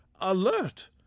alert